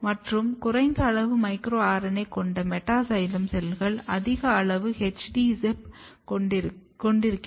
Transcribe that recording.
மற்றும் குறைந்த அளவு மைக்ரோ RNA கொண்ட மெட்டா சைலம் செல்கள் அதிக அளவு HD ZIP கொண்டிருக்கின்றன